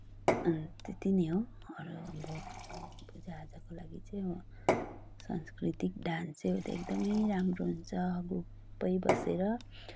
अनि त्यति नै हो अरू अब पूजा आजाको लागि चाहिँ सांस्कृतिक डान्स चाहिँ हो त्यो एकदमै राम्रो हुन्छ अब सबै बसेर